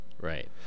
Right